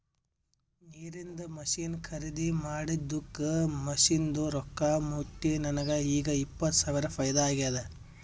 ನೀರಿಂದ್ ಮಷಿನ್ ಖರ್ದಿ ಮಾಡಿದ್ದುಕ್ ಮಷಿನ್ದು ರೊಕ್ಕಾ ಮುಟ್ಟಿ ನನಗ ಈಗ್ ಇಪ್ಪತ್ ಸಾವಿರ ಫೈದಾ ಆಗ್ಯಾದ್